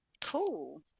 cool